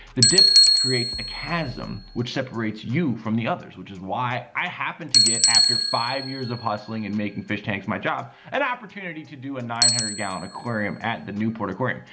the dip creates a chasm, which separates you from the others. which is why i happen to get, after five years of hustling and making fish tanks my job, an opportunity to do a nine hundred gallon aquarium at the newport aquarium.